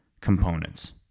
components